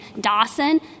Dawson